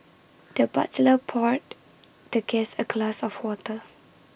the butler poured the guest A glass of water